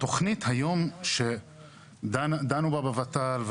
התוכנית היום שדנו בה בות"ל,